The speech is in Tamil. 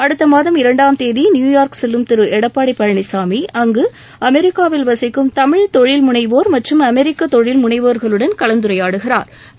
அடுத்த மாதம் இரண்டாம் தேதி நியுயாா்க் செல்லும் திரு எடப்பாடி பழனிசாமி அங்கு அமெரிக்காவில் வசிக்கும் தமிழ் தொழில்முனைவோா் அமெரிக்க தொழில் முனைவோா்களுடன் கலந்துரையாடுகிறாா்